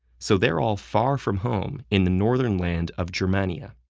so they're all far from home in the northern land of germania.